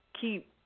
keep